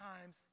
times